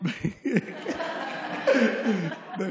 זה